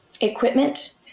equipment